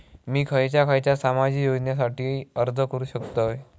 मी खयच्या खयच्या सामाजिक योजनेसाठी अर्ज करू शकतय?